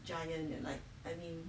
giant like I mean